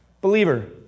Believer